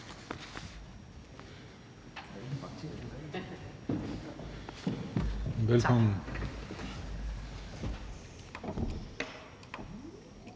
Tak